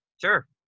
Sure